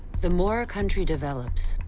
the more a country develops,